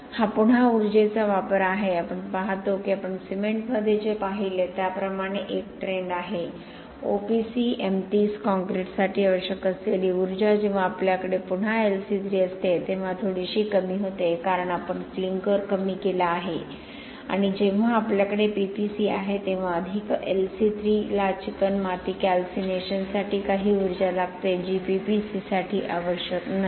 हा पुन्हा ऊर्जेचा वापर आहे आपण पाहतो की आपण सिमेंटमध्ये जे पाहिले त्याप्रमाणेच एक ट्रेंड आहे ओपीसी एम30 कॉंक्रिटसाठी आवश्यक असलेली उर्जा जेव्हा आपल्याकडे पुन्हा एलसी3 असते तेव्हा थोडीशी कमी होते कारण आपण क्लिंकर कमी केला आहे आणि जेव्हा आपल्याकडे पीपीसी आहे तेव्हा अधिक LC3 ला चिकणमाती कॅल्सिनेशनसाठी काही ऊर्जा लागते जी PPC साठी आवश्यक नसते